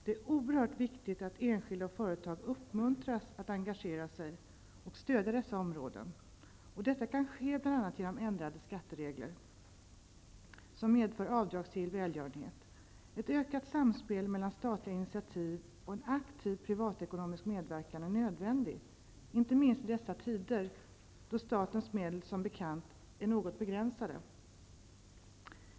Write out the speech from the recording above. Det är oerhört viktigt att enskilda och företag uppmuntras att engagera sig och stödja dessa områden. Detta kan ske bl.a. genom ändrade skatteregler, som medför avdragsgill välgörenhet. Ett ökat samspel mellan statliga initiativ och en aktiv privatekonomisk medverkan är nödvändig, inte minst i dessa tider då statens medel som bekant är något begränsade.